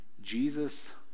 Jesus